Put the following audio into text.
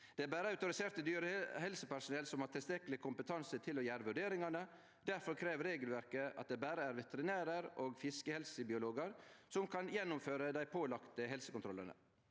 Det er berre autorisert dyrehelsepersonell som har tilstrekkeleg kompetanse til å gjere vurderingane, og difor krev regelverket at det berre er veterinærar og fiskehelsebiologar som kan gjennomføre dei pålagde helsekontrollane.